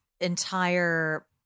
entire